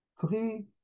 three